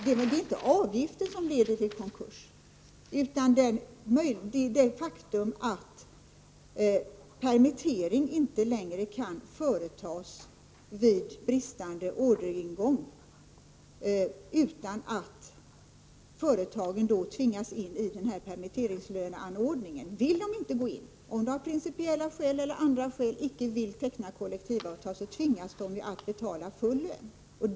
Det är inte avgiften som leder till konkurs, utan det faktum att företag vid bristande orderingång inte längre kan besluta om permittering utan i stället tvingas in i permitteringslöneanordningen. Om företag av principiella eller andra skäl icke vill teckna kollektivavtal tvingas de betala full lön.